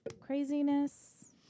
craziness